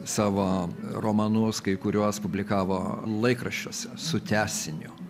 savo romanus kai kuriuos publikavo laikraščiuose su tęsiniu